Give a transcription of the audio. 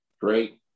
great